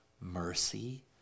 mercy